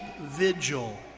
vigil